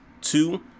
two